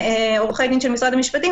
כעורכי דין של משרד המשפטים,